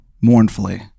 mournfully